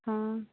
हँ